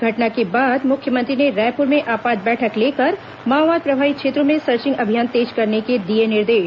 घटना के बाद मुख्यमंत्री ने रायपुर में आपात बैठक लेकर माओवाद प्रभावित क्षेत्रों में सर्चिंग अभियान तेज करने के दिए निर्देश